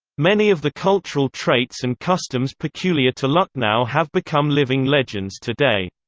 many of the cultural traits and customs peculiar to lucknow have become living legends today.